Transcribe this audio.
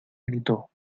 gritó